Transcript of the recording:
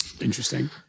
Interesting